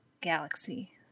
Galaxy